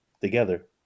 together